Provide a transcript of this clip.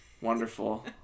Wonderful